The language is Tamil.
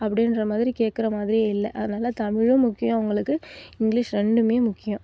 அப்படின்றமாதிரி கேட்குற மாதிரி இல்லை அதனால தமிழும் முக்கியம் அவங்களுக்கு இங்கிலிஷ் ரெண்டுமே முக்கியம்